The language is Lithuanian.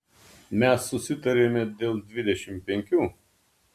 mes susitarėme dėl dvidešimt penkių